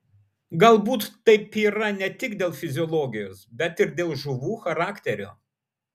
galbūt taip yra ne tik dėl fiziologijos bet ir dėl žuvų charakterio